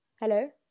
Hello